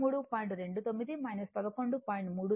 29 11